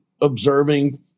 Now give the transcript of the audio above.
observing